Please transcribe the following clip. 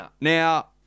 Now